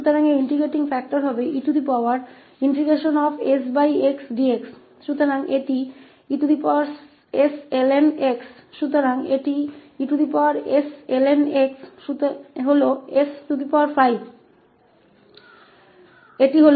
तो इसका समाकलन कारक e∫sx 𝑑𝑥 होगा इसलिए यह es ln 𝑥 है इसलिए यह eln 𝑥s है इसलिए यह xs है